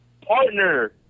partner